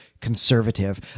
conservative